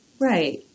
Right